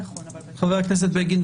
בגין,